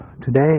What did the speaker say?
today